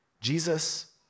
Jesus